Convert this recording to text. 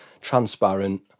transparent